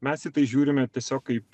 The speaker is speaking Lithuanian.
mes į tai žiūrime tiesiog kaip